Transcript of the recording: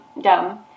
dumb